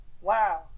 Wow